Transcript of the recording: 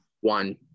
one